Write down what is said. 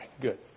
good